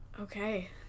Okay